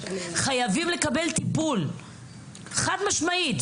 חייבים לקבל טיפול חד משמעית,